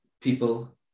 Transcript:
people